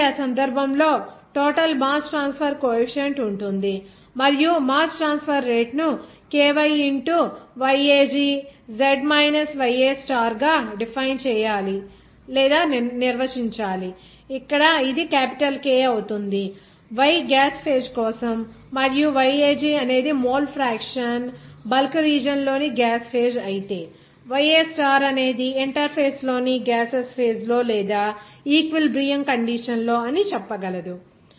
కాబట్టి ఆ సందర్భంలో టోటల్ మాస్ ట్రాన్స్ఫర్ కోఎఫీసియంట్ ఉంటుంది మరియు మాస్ ట్రాన్స్ఫర్ రేటును Ky into YAG z minus YA star గా డిఫైన్ చేయాలి నిర్వచించాలి ఇక్కడ ఇది క్యాపిటల్ K అవుతుంది Y గ్యాస్ ఫేజ్ కోసం మరియు YAG అనేది మోల్ ఫ్రాక్షన్ బల్క్ రీజియన్లోని గ్యాస్ ఫేజ్ అయితే YA స్టార్ అది ఆ ఇంటర్ఫేస్లోని గ్యాసెస్ ఫేజ్ లో లేదా ఈక్విలిబ్రియం కండిషన్ అని చెప్పగలదు